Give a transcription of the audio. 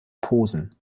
posen